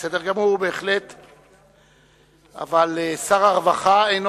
השואל בסדר גמור, אבל שר הרווחה אינו